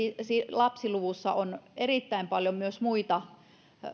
lapsiluvussa on erittäin paljon myös muita